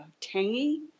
tangy